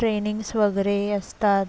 trainings वगैरे असतात